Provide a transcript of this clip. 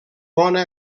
bona